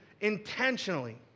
intentionally